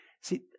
See